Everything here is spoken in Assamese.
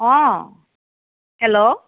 অঁ হেল্ল'